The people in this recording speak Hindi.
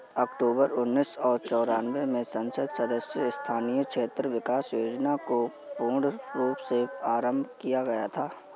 अक्टूबर उन्नीस सौ चौरानवे में संसद सदस्य स्थानीय क्षेत्र विकास योजना को पूर्ण रूप से आरम्भ किया गया था